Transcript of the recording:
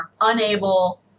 unable